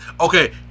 Okay